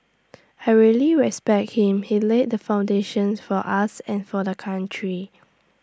I really respect him he laid the foundation for us and for the country